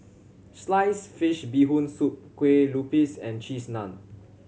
sliced fish Bee Hoon Soup kue lupis and Cheese Naan